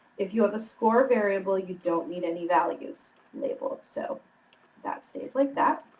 if you have a score variable, you don't need any values labeled, so that stays like that.